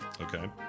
okay